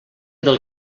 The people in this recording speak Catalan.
del